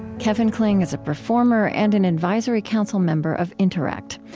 kevin kling is a performer and an advisory council member of interact.